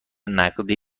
نقدی